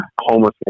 homelessness